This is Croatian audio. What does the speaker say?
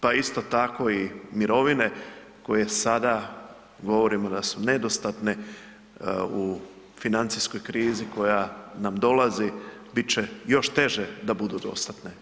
Pa isto tako i mirovine koje sada govorimo da su nedostatne u financijskoj krizi koja nam dolazi, bit će još teže da budu dostatne.